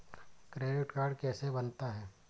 Credit card कैसे बनता है?